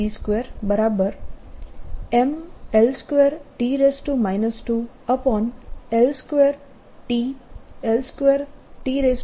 L2T 2 થશે